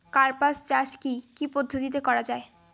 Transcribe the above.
কার্পাস চাষ কী কী পদ্ধতিতে করা য়ায়?